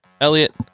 Elliot